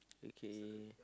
okay